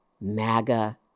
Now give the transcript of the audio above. MAGA